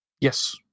Yes